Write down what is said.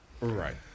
Right